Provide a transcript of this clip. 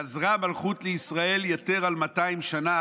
חזרה המלכות לישראל יתר על מאתיים שנה,